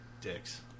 dicks